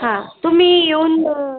हां तुम्ही येऊन